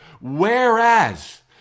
Whereas